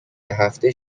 هفته